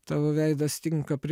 tavo veidas tinka prie